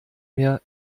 mehr